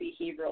behavioral